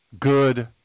good